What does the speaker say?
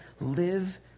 live